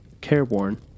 careworn